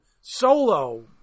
solo